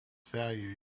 value